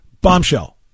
bombshell